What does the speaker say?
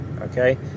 okay